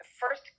first